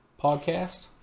podcast